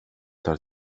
tar